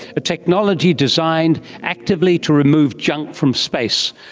a technology designed actively to remove junk from space.